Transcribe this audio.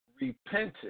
repented